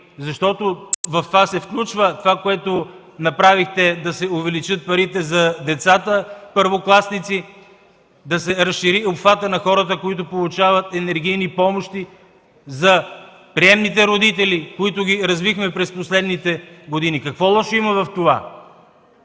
защото в това се включва онова, което направихте – да се увеличат парите за децата първокласници, да се разшири обхватът на хората, които получават енергийни помощи, за приемните родители, които развихме през последните години. Какво лошо има в това?